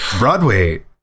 Broadway